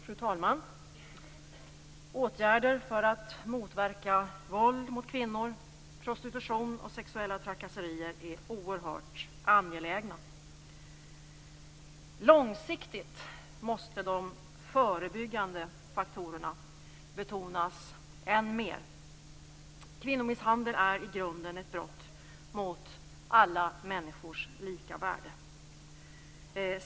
Fru talman! Åtgärder för att motverka våld mot kvinnor, prostitution och sexuella trakasserier är oerhört angelägna. Långsiktigt måste de förebyggande faktorerna betonas än mer. Kvinnomisshandel är i grunden ett brott mot alla människors lika värde.